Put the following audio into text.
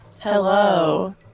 Hello